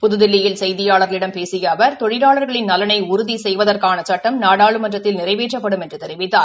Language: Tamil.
புதுதில்லியில் செய்தியாளர்களிடம் பேசிய அவர் தொழிலாளர்களின் நலனை உறுதி செய்வதற்கான சட்டம் நாடாளுமன்றத்தில் நிறைவேற்றப்படும் என்று தெரிவித்தார்